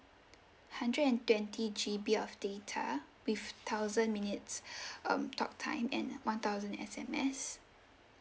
hundred and twenty G_B of data with thousand minutes um talk time and one thousand S_M_S